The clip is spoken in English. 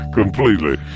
completely